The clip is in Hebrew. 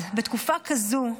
בתקופה כזאת,